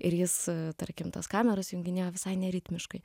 ir jis tarkim tas kameras junginėjo visai neritmiškai